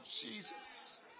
Jesus